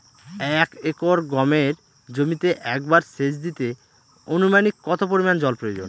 এক একর গমের জমিতে একবার শেচ দিতে অনুমানিক কত পরিমান জল প্রয়োজন?